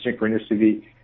synchronicity